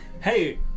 Hey